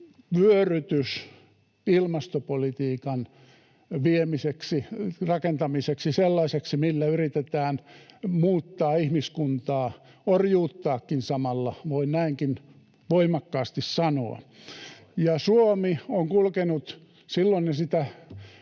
vyörytys ilmastopolitiikan viemiseksi, rakentamiseksi sellaiseksi, millä yritetään muuttaa ihmiskuntaa, orjuuttaakin samalla, voin näinkin voimakkaasti sanoa. Suomi on kulkenut — silloin en sitä